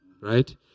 right